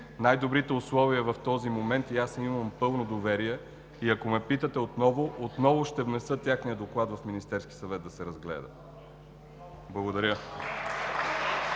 най-добрите условия в този момент. Имам им пълно доверие и ако ме питате отново, отново ще внеса техния доклад в Министерския съвет да се разгледа. Благодаря.